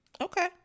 Okay